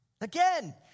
Again